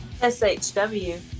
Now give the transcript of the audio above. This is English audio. SHW